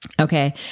okay